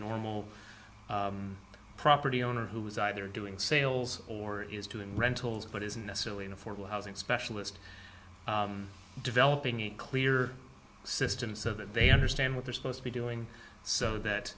normal property owner who is either doing sales or is to in rentals but isn't necessarily an affordable housing specialist developing a clear system so that they understand what they're supposed to be doing so that